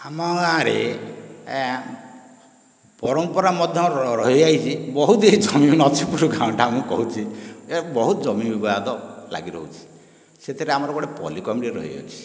ଆମ ଗାଁରେ ଆଜ୍ଞା ପରମ୍ପରା ମଧ୍ୟରହିଯାଇଛି ବହୁତ ହିଁ ଏହି ନଛିପୁର ଗାଁଟା ମୁଁ କହୁଛି ଏ ବହୁତ ଜମି ବିବାଦ ଲାଗିରହୁଛି ସେଥିରେ ଆମର ଗୋଟିଏ ପଲ୍ଲି କମିଟି ରହିଅଛି